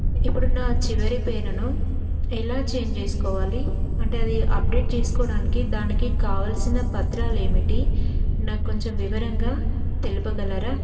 ఇప్పుడు నా చివరి పేరును ఎలా ఛేంజ్ చేసుకోవాలి అంటే అది అప్డేట్ చేసుకోవడానికి దానికి కావాల్సిన పత్రాలు ఏమిటి నాకు కొంచెం వివరంగా తెలుపగలరా